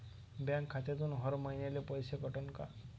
Bank खात्यातून हर महिन्याले पैसे कटन का?